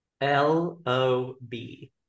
L-O-B